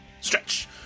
Stretch